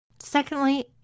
Secondly